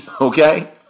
Okay